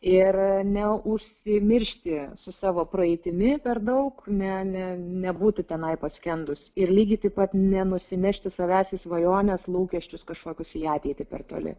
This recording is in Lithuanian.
ir ne užsimiršti su savo praeitimi per daug ne ne nebūti tenai paskendus ir lygiai taip pat nenusinešti savęs į svajones lūkesčius kažkokius į ateitį per toli